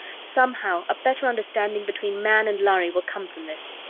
somehow, a better understanding between man and lhari will come from this.